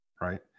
right